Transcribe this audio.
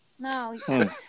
No